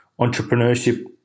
entrepreneurship